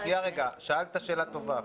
שאלת שאלה טובה.